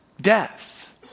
Death